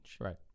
right